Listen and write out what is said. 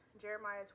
Jeremiah